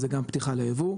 זה גם פתיחה לייבוא.